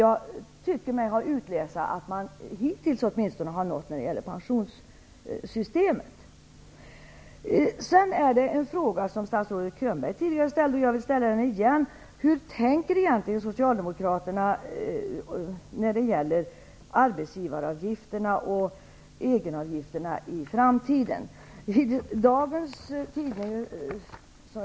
Jag tycker mig kunna utläsa att man har hittills uppnått det i fråga om pensionssystemet. Så till en fråga som statsrådet Könberg tidigare ställt och som jag nu upprepar: Hur tänker egentligen Socialdemokraterna när det gäller arbetsgivaravgifterna och egenavgifterna i framtiden?